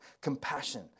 Compassion